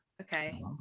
Okay